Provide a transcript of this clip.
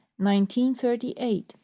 1938